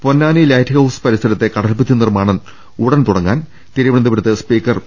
Ponnani lighthouse പരിസരത്തെ കടൽഭിത്തി നിർമാണം ഉടൻ തുടങ്ങാൻ തിരുവനന്തപുരത്ത് സ്പീക്കർ പി